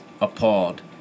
appalled